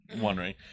wondering